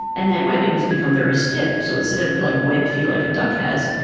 and that webbing has become very stiff. so, instead of, like, webbed feet like a duck has,